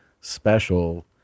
special